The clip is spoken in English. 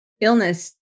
illness